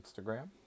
Instagram